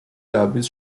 لبریز